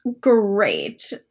great